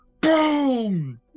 boom